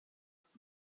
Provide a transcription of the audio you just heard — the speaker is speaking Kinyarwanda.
iki